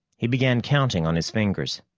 he began counting on his fingers.